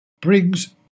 brings